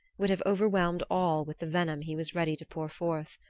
would have overwhelmed all with the venom he was ready to pour forth.